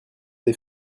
des